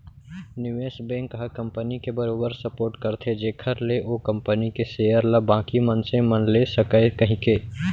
निवेस बेंक ह कंपनी के बरोबर सपोट करथे जेखर ले ओ कंपनी के सेयर ल बाकी मनसे मन ले सकय कहिके